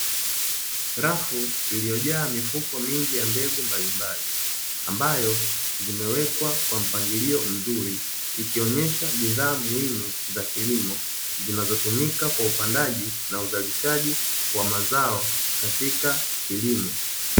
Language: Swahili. Rafu iliyojaa mifuko mingi ya mbegu mbalimbali, ambayo zimewekwa kwa mpangilio mzuri ikionyesha bidhaa muhimu za kilimo zinazotumika kwa upandaji na uzalishaji wa mazao katika kilimo.